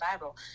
Bible